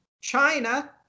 China